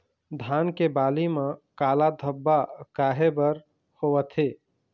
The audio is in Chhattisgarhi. धान के बाली म काला धब्बा काहे बर होवथे?